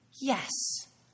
Yes